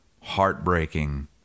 heartbreaking